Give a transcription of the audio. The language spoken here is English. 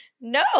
No